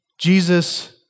Jesus